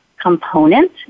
component